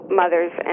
mothers